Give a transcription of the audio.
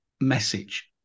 message